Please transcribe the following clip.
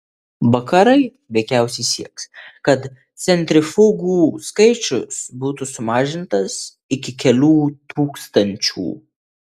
vakarai veikiausiai sieks kad centrifugų skaičius būtų sumažintas iki kelių tūkstančių